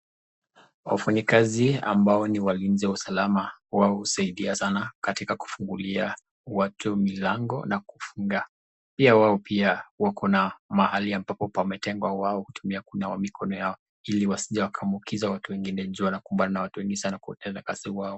Wafanyakazi ambao ni walinzi usalama wao husaidia sana katika kufungulia watu milango na kufunga pia hao pia wako na mahali ambapo pametengwa hao kunawa mikono yao ili wasije wakaambukiza watu wengine juu wanakumbana na watu wengi katika kazi yao.